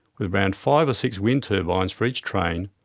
with around five or six wind turbines for each train,